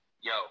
yo